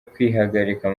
kwihagarika